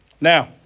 Now